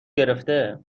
گرفته